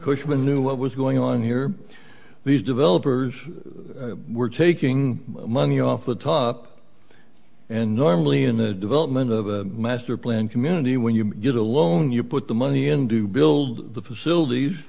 cushman knew what was going on here these developers were taking money off the top and normally in the development of a master planned community when you get a loan you put the money in to build the facilities